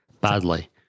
Badly